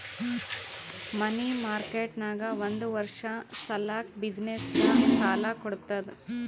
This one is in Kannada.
ಮನಿ ಮಾರ್ಕೆಟ್ ನಾಗ್ ಒಂದ್ ವರ್ಷ ಸಲ್ಯಾಕ್ ಬಿಸಿನ್ನೆಸ್ಗ ಸಾಲಾ ಕೊಡ್ತುದ್